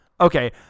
okay